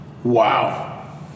Wow